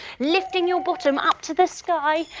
lifting your bottom up to the sky,